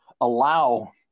allow